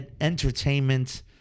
entertainment